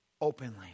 openly